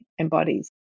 embodies